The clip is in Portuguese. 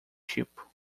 tipo